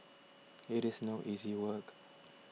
it is no easy work